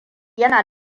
yana